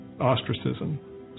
ostracism